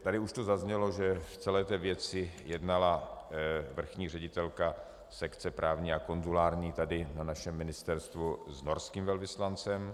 Tady už zaznělo, že v celé věci jednala vrchní ředitelka sekce právní a konzulární tady na našem ministerstvu s norským velvyslancem.